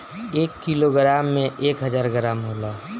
एक किलोग्राम में एक हजार ग्राम होला